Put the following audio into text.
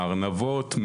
הארנבות,